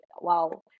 Wow